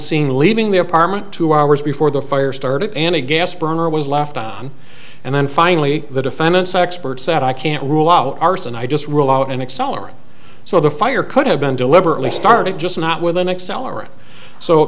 seen leaving the apartment two hours before the fire started and a gas burner was left on and then finally the defendant's expert said i can't rule out arson i just rule out an accelerant so the fire could have been deliberately started just not with an accelerant so